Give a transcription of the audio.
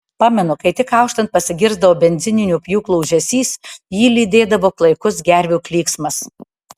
pamenu kai tik auštant pasigirsdavo benzininių pjūklų ūžesys jį lydėdavo klaikus gervių klyksmas